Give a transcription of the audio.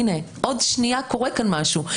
הינה עוד שנייה קורה כאן משהו,